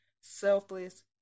selfless